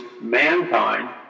mankind